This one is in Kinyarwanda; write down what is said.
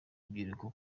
urubyiruko